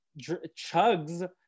chugs